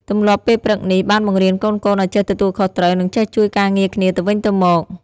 ទម្លាប់ពេលព្រឹកនេះបានបង្រៀនកូនៗឲ្យចេះទទួលខុសត្រូវ និងចេះជួយការងារគ្នាទៅវិញទៅមក។